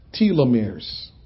telomeres